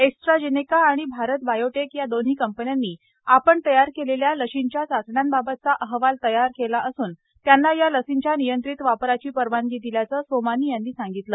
AstraZeneca आणि Bharat Biotech या दोन्ही कंपन्यांनी आपण तयार केलेल्या लशींच्या चाचण्यांबाबतचा अहवाल सादर केला असून त्यांना या लसींच्या नियंत्रित वापराची परवानगी दिल्याचं सोमानी यांनी सांगितलं